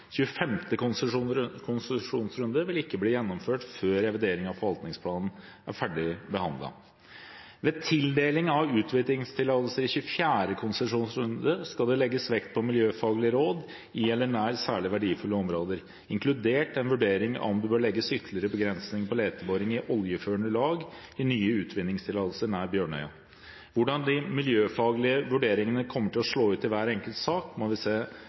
konsesjonsrunde vil ikke bli gjennomført før revideringen av forvaltningsplanen er ferdig behandlet. Ved tildeling av utvinningstillatelser i 24. konsesjonsrunde skal det legges vekt på miljøfaglige råd i eller nær særlig verdifulle områder, inkludert en vurdering av om det bør legges ytterligere begrensninger på leteboring i oljeførende lag ved nye utvinningstillatelser nær Bjørnøya. Hvordan de miljøfaglige vurderingene kommer til å slå ut i hver enkelt sak, må vi se